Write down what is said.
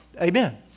Amen